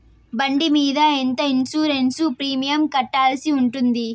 బండి మీద ఎంత ఇన్సూరెన్సు ప్రీమియం కట్టాల్సి ఉంటుంది?